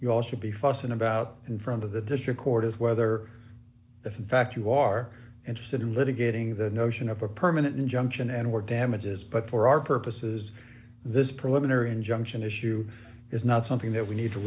you all should be fussing about in front of the district court is whether the fact you are interested in litigating the notion of a permanent injunction and we're damages but for our purposes this preliminary injunction issue is not something that we need to